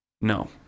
No